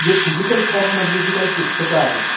जे फिजिकल फॉर्ममधली जी काही पुस्तकं आहेत